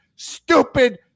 stupid